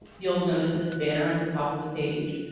you'll notice this banner at the top of the page.